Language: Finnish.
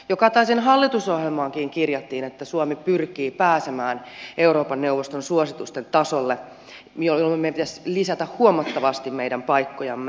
jo kataisen hallitusohjelmaankin kirjattiin että suomi pyrkii pääsemään euroopan neuvoston suositusten tasolle jolloin meidän pitäisi lisätä huomattavasti meidän paikkojamme